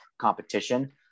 competition